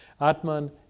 atman